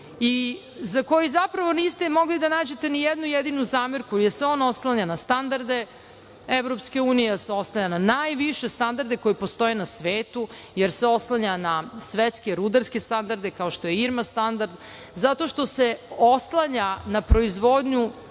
i za koji zapravo niste mogli da nađete ni jednu jedinu zamerku, jer se on oslanja na standarde EU, oslanja na najviše standarde koji postoje na svetu, jer se oslanja na svetske rudarske standarde, kao što je IRMA standard, zato što se oslanja na proizvodnju